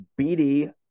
BD